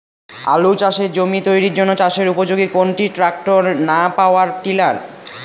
আলু চাষের জমি তৈরির জন্য চাষের উপযোগী কোনটি ট্রাক্টর না পাওয়ার টিলার?